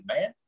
man